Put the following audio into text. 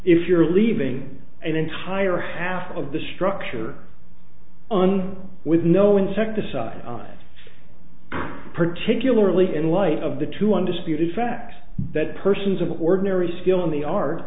if you're leaving an entire half of the structure on with no insecticide particularly in light of the two undisputed facts that persons of ordinary skill in the art